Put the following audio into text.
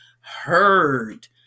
heard